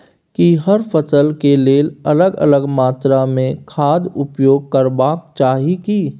की हर फसल के लेल अलग अलग मात्रा मे खाद उपयोग करबाक चाही की?